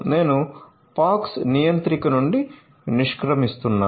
నేను POX నియంత్రిక నుండి నిష్క్రమిస్తున్నాను